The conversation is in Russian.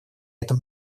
этом